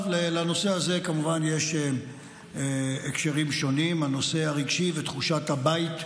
לנושא הזה כמובן יש הקשרים שונים: הנושא הרגשי ותחושת הבית.